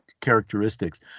characteristics